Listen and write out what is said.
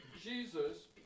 Jesus